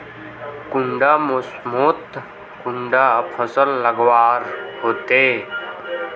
कुंडा मोसमोत कुंडा फसल लगवार होते?